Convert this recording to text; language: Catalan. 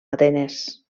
atenes